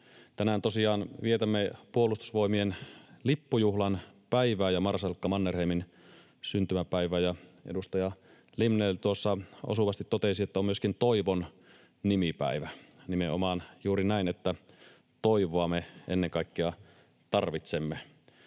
Tänään tosiaan vietämme puolustusvoimain lippujuhlan päivää ja marsalkka Mannerheimin syntymäpäivää, ja edustaja Limnell tuossa osuvasti totesi, että on myöskin Toivon nimipäivä. Nimenomaan juuri näin, että toivoa me ennen kaikkea tarvitsemme.